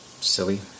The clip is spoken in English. silly